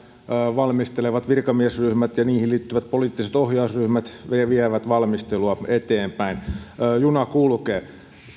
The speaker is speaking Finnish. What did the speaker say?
valmistelevat virkamiesryhmät ja niihin liittyvät poliittiset ohjausryhmät vievät valmistelua eteenpäin juna kulkee